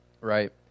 right